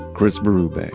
chris berube,